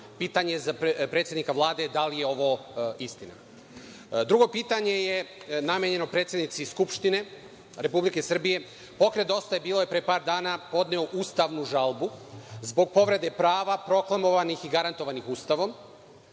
Pitanje za predsednika Vlade – da li je ovo istina? Drugo pitanje je namenjeno predsednici Skupštine Republike Srbije. Pokret „Dosta je bilo“ je pre par dana podneo ustavnu žalbu zbog povrede prava proklamovanih i garantovanih Ustavom,